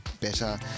better